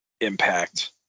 Impact